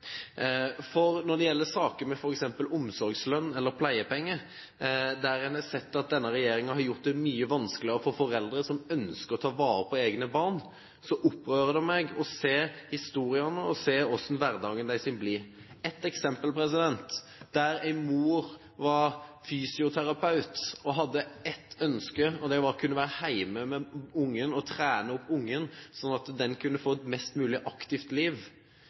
Folkeparti. Når det gjelder saker om f.eks. omsorgslønn eller pleiepenger, der en har sett at denne regjeringen har gjort det mye vanskeligere for foreldre som ønsker å ta vare på egne barn, opprører det meg å høre historiene om hvordan hverdagen deres er. Ett eksempel: En mor som er fysioterapeut, hadde ett ønske, og det var å kunne være hjemme med barnet og trene det opp, slik at barnet kunne få et mest mulig aktivt liv.